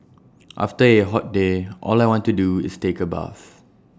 after A hot day all I want to do is take A bath